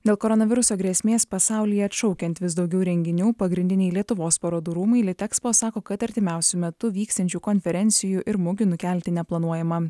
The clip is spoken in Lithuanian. dėl koronaviruso grėsmės pasaulyje atšaukiant vis daugiau renginių pagrindiniai lietuvos parodų rūmai litexpo sako kad artimiausiu metu vyksiančių konferencijų ir mugių nukelti neplanuojama